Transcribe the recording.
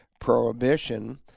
Prohibition